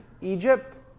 Egypt